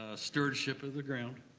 ah stewardship of the ground,